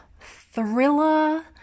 thriller